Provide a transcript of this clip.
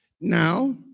Now